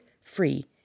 free